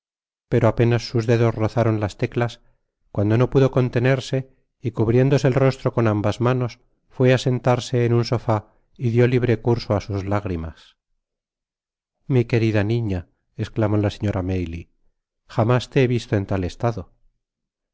pero apenas sus dedos rozaron las teclas cuando no pudo contenerse y cubriéndose el rostro con ambas manos fué á sentarse en un sofá y dió libre curso á sus lágrimas mi querida niña esclamó la señora maylie jamás te he visto en tal estado